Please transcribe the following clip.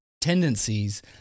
tendencies